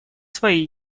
свои